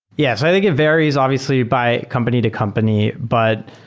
yeah. i think it varies obviously by company to company, but